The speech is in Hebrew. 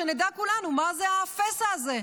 שנדע כולנו מה זה הפסע הזה,